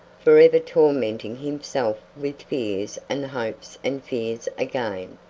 forever tormenting himself with fears and hopes and fears again.